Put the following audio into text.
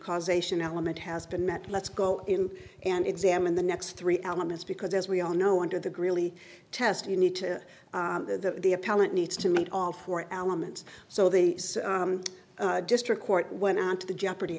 causation element has been met let's go in and examine the next three elements because as we all know under the greeley test you need to the the appellant needs to meet all four elements so the district court went on to the jeopardy